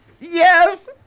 Yes